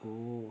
oh